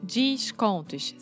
descontos